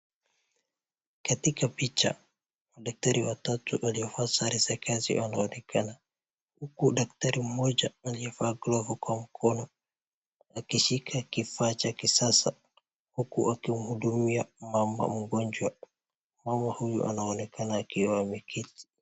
Katika picha, daktari watatu waliovaa sare za kazi wanaonekana. Huku daktari mmoja aliyevaa glovu kwa mkono akishika kifaa cha kisasa huku wakimhudumia mama mgonjwa. Mama huyu anaonekana akiwa ameketi.